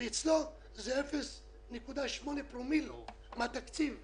ובעיר האחרת זה 0.8 פרומיל אחוז מהתקציב.